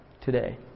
today